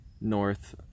north